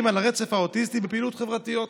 על הרצף האוטיסטי בפעילויות חברתיות.